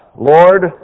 Lord